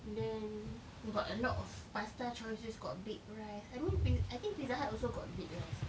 then got a lot of pasta choices got baked rice I mean pi~ I think pizza hut also got baked rice